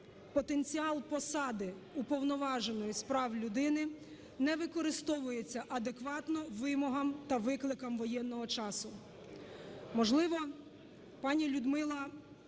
потенціал посади Уповноваженої з прав людини не використовується адекватно вимогам та викликам воєнного часу.